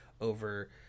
over